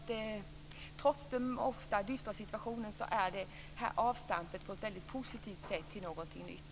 Trots den ofta dystra situationen är detta ett positivt avstamp till någonting nytt.